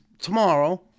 tomorrow